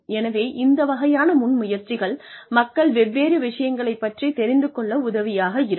எனவே இந்த வகையான முன்முயற்சிகள் மக்கள் வெவ்வேறு விஷயங்களை பற்றி தெரிந்து கொள்ள உதவியாக இருக்கும்